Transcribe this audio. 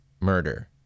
murder